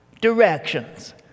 directions